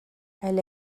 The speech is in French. elle